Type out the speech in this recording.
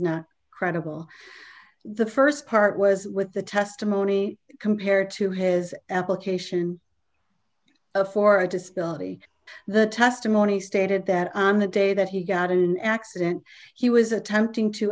not credible the st part was with the testimony compared to his application for a disability the testimony stated that the day that he got in an accident he was attempting to